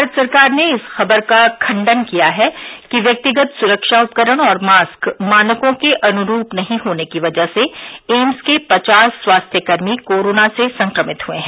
भारत सरकार ने इस खबर का खंडन किया है कि व्यक्तिगत सुरक्षा उपकरण और मास्क मानकों के अनुरूप नहीं होने की वजह से एम्स के पचास स्वास्थ्यकर्मी कोरोना से संक्रमित हुए हैं